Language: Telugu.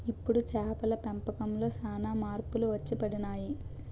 ఇప్పుడు చేపల పెంపకంలో సాన మార్పులు వచ్చిపడినాయి